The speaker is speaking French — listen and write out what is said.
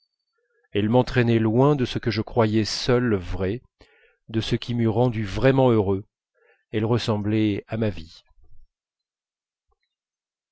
elle m'entraînait loin de ce que je croyais seul vrai de ce qui m'eût rendu vraiment heureux elle ressemblait à ma vie